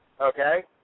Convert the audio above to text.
okay